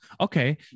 Okay